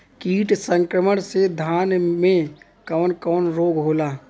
कीट संक्रमण से धान में कवन कवन रोग होला?